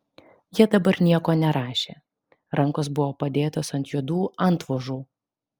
jie dabar nieko nerašė rankos buvo padėtos ant juodų antvožų